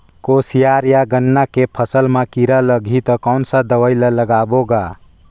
कोशियार या गन्ना के फसल मा कीरा लगही ता कौन सा दवाई ला लगाबो गा?